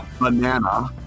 Banana